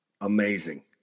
amazing